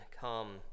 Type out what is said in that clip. come